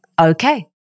okay